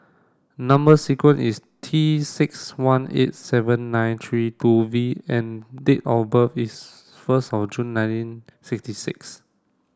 number sequence is T six one eight seven nine three two V and date of birth is first of June nineteen sixty six